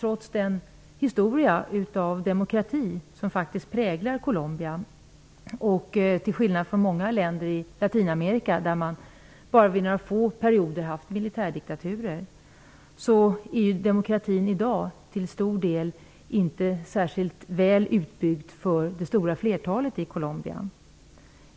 Trots den historia av demokrati som präglar Colombia -- till skillnad från många andra länder i Latinamerika -- och att man bara under några få perioder har haft militärdiktaturer, är demokratin i dag till stor del inte särskilt väl utbyggd för det stora flertalet människor i Colombia.